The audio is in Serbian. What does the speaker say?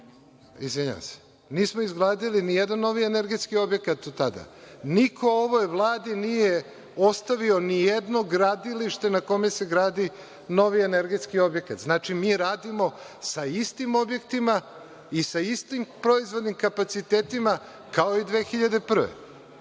Izvinjavam se. Nismo izgradili ni jedan novi energetski objekat od tada. Niko ovoj Vladi nije ostavio ni jedno gradilište na kome se gradi novi energetski objekat. Znači, mi radimo sa istim objektima i sa istim proizvodnim kapacitetima kao i 2001.